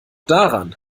daran